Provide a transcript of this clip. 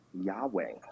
Yahweh